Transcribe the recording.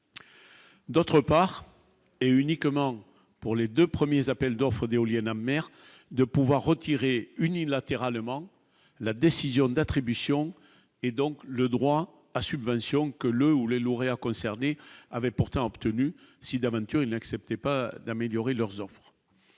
d'autre part, et uniquement pour les 2 premiers appels d'offres d'éoliennes en mer, de pouvoir retirer unilatéralement la décision d'attribution et donc le droit à subvention que le ou les lauréats concernés avaient pourtant obtenu si d'aventure il n'acceptait pas d'améliorer leurs enfants,